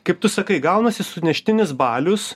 kaip tu sakai gaunasi suneštinis balius